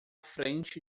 frente